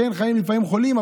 לפעמים חולים,